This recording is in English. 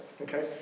Okay